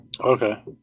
Okay